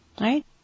right